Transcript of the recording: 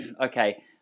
okay